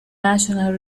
national